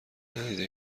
ندیده